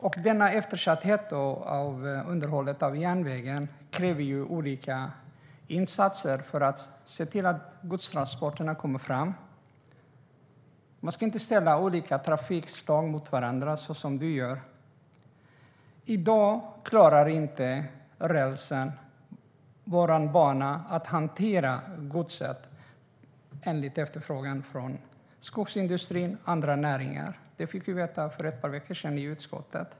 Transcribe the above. Detta eftersatta underhåll av järnvägen kräver olika insatser för att man ska se till att godstransporterna kommer fram. Man ska inte ställa olika trafikslag mot varandra som du gör. I dag klarar inte rälsen på vår bana att hantera godset enligt efterfrågan från skogsindustrin och andra näringar. Det fick vi veta för ett par veckor sedan i utskottet.